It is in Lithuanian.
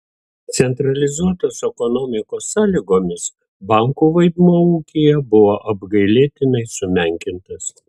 centralizuotos ekonomikos sąlygomis bankų vaidmuo ūkyje buvo apgailėtinai sumenkintas